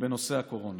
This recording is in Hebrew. בנושא הקורונה.